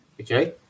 okay